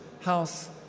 house